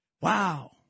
Wow